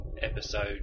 Episode